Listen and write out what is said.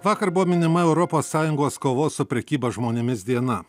vakar buvo minima europos sąjungos kovos su prekyba žmonėmis diena